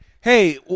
Hey